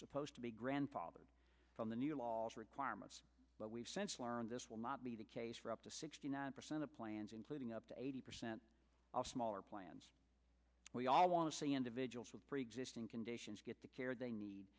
supposed to be grandfathered from the new laws requirements but we've since learned this will not be the case for up to sixty nine percent of plans including up to eighty percent of smaller plans we all want to see individuals with preexisting conditions get the care they need